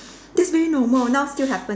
that's very normal now still happen